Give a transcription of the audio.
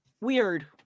Weird